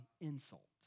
insult